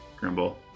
Grimble